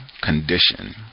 condition